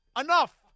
Enough